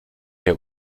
der